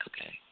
okay